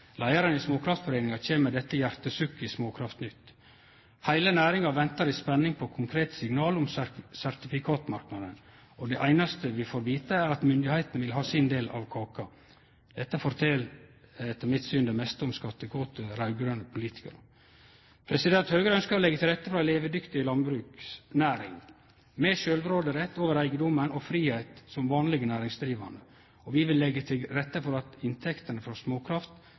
Leiaren i Småkraftforeninga kjem med dette hjartesukket i Småkraftnytt: «Heile næringa ventar i spenning på konkrete signal om sertifikatmarknaden, og det einaste vi får vite er at myndigheitene vil ha sin del av kaka.» Dette fortel etter mitt syn det meste om skattekåte raud-grøne politikarar. Høgre ønskjer å leggje til rette for ei levedyktig landbruksnæring, med sjølvråderett over eigedomen og fridom som vanlege næringsdrivande, og vi vil leggje til rette for at inntekter frå småkraft